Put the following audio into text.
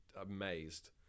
amazed